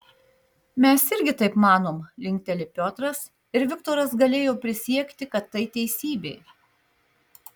mes irgi taip manom linkteli piotras ir viktoras galėjo prisiekti kad tai teisybė